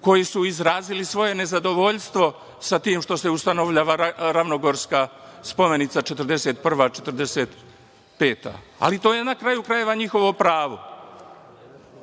koji su izrazili svoje nezadovoljstvo sa tim što ste ustanovili „Ravnogorska sponica 1941-1945“, ali to je, na kraju krajeva, njihovo pravo.